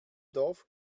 dorf